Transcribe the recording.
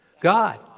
God